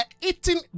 eating